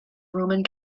roman